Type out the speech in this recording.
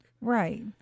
Right